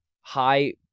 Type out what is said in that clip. high